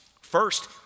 First